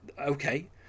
okay